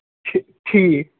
ٹھِ ٹھیٖک